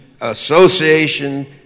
association